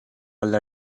alla